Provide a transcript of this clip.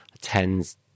tens